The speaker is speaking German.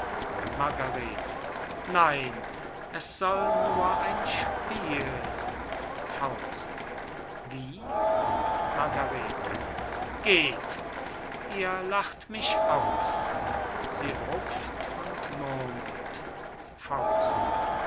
margarete nein es soll nur ein spiel wie margarete geht ihr lacht mich aus sie rupft und murmelt was